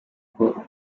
uko